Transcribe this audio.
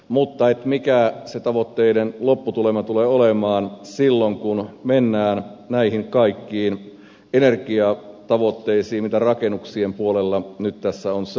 mutta mikä se tavoitteiden lopputulema tulee olemaan silloin kun mennään näihin kaikkiin energiatavoitteisiin mitä rakennuksien puolella nyt tässä on säädetty